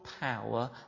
power